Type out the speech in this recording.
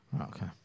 okay